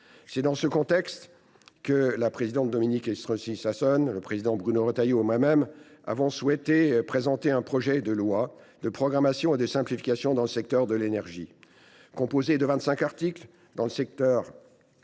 C’est dans ce contexte que la présidente Dominique Estrosi Sassone, le président Bruno Retailleau et moi même avons souhaité présenter une proposition de loi de programmation et de simplification dans le secteur de l’énergie. Composée de vingt cinq articles, dont treize sur